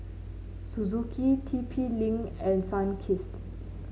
Suzuki T P Link and Sunkist